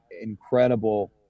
incredible